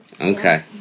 Okay